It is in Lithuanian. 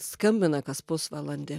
skambina kas pusvalandį